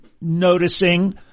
Noticing